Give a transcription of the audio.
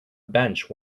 bench